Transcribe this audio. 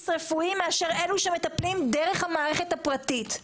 רפואי מאשר אלה שמטפלים דרך המערכת הפרטית,